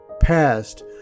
past